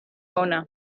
ona